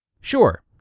Sure